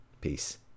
Peace